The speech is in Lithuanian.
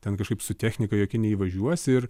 ten kažkaip su technika jokia neįvažiuosi ir